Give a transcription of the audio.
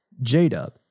J-Dub